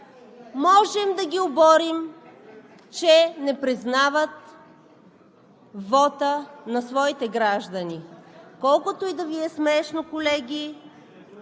можем да ги оборим, че не признават вота на своите граждани. Колкото и да Ви е смешно, колеги,